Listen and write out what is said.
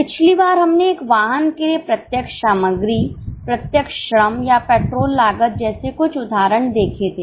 पिछली बार हमने एक वाहन के लिए प्रत्यक्ष सामग्री प्रत्यक्ष श्रम या पेट्रोल लागत जैसे कुछ उदाहरण देखे थे